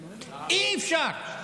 אי-אפשר,